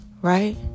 Right